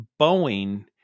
Boeing